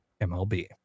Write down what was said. MLB